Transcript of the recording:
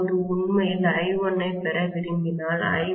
இப்போது உண்மையில் I1 ஐப் பெற விரும்பினால்